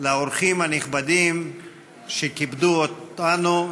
לאורחים הנכבדים שכיבדו אותנו,